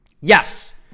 Yes